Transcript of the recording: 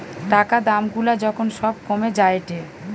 টাকা দাম গুলা যখন সব কমে যায়েটে